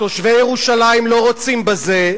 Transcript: תושבי ירושלים לא רוצים בזה,